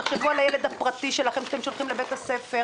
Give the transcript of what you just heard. תחשבו על הילד הפרטי שלכם שאתם שולחים לבית הספר.